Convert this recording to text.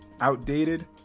Outdated